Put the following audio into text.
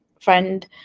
friend